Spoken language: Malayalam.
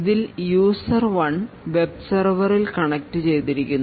ഇതിൽ user 1 വെബ് സെർവറിൽ കണക്ട് ചെയ്തിരിക്കുന്നു